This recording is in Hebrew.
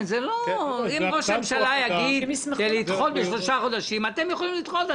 אם ראש הממשלה יגיד לדחות בשלושה חודשים אתם יכולים לדחות,